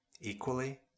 Equally